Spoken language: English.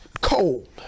cold